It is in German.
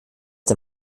der